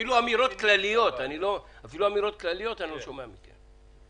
אפילו אמירות כלליות אני לא שומע מכם.